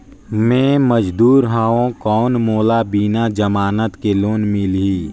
मे मजदूर हवं कौन मोला बिना जमानत के लोन मिलही?